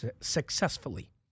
successfully